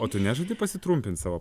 o tu nežadi pasitrumpint savo